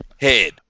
Head